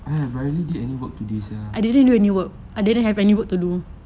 I have barely did any work today sia